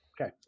Okay